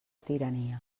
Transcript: tirania